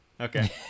Okay